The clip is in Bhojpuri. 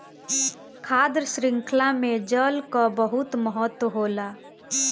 खाद्य शृंखला में जल कअ बहुत महत्व होला